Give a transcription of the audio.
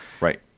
Right